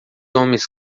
homens